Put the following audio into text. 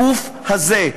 האתר הזה,